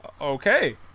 Okay